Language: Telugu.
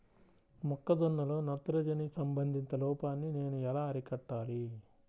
మొక్క జొన్నలో నత్రజని సంబంధిత లోపాన్ని నేను ఎలా అరికట్టాలి?